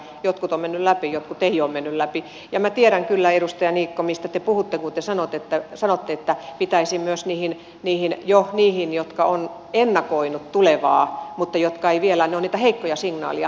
jotkut ovat menneet läpi jotkut eivät ole menneet läpi ja minä tiedän kyllä edustaja niikko mistä te puhutte kun te sanotte että pitäisi myös niitä tukea jotka ovat jo ennakoineet tulevaa mutta jotka ovat vielä niitä heikkoja signaaleja